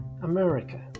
America